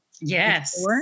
yes